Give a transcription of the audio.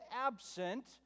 absent